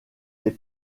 les